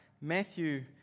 Matthew